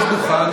יש דוכן,